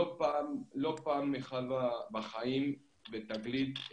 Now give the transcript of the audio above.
לא פעם אחת בחיים ב'תגלית',